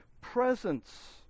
presence